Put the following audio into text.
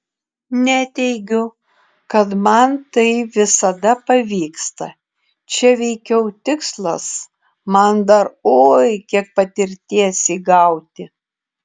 neteigiu kad man tai visada pavyksta čia veikiau tikslas man dar oi kiek patirties įgauti